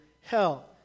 hell